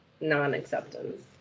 non-acceptance